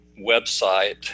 website